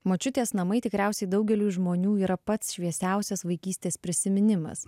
močiutės namai tikriausiai daugeliui žmonių yra pats šviesiausias vaikystės prisiminimas